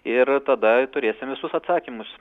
ir tada turėsim visus atsakymus